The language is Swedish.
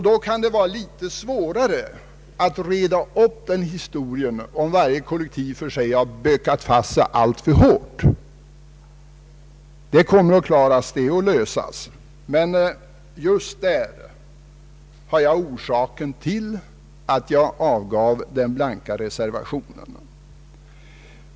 Då kan det vara litet svårare att reda upp den här saken, om varje kollektiv för sig har bundit sig alltför hårt. Man kommer att kunna lösa också detta problem, men det är framför allt orsaken till att jag avgav den blanka reservationen.